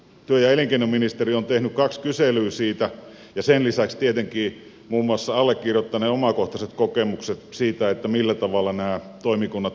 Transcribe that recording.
työ ja elinkeinoministeriö on tehnyt kaksi kyselyä siitä ja sen lisäksi tulevat tietenkin muun muassa allekirjoittaneen omakohtaiset kokemukset siitä millä tavalla nämä toimikunnat toimivat ja sanalla sanoen